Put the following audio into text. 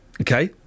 okay